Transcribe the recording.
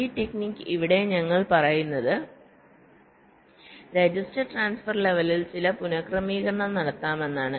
ഈ ടെക്നിക് ഇവിടെ ഞങ്ങൾ പറയുന്നത് രജിസ്റ്റർ ട്രാൻസ്ഫർ ലെവലിൽ ചില പുനഃക്രമീകരണം നടത്താമെന്നാണ്